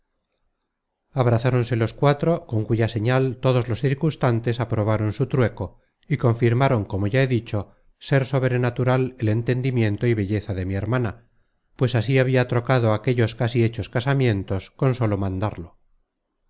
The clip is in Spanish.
sus lenguas abrazáronse los cuatro con cuya señal todos los circunstantes aprobaron su trueco y confirmaron como ya he dicho ser sobrenatural el entendimiento y belleza de mi hermana pues así habia trocado aquellos casi hechos casamientos con sólo mandarlo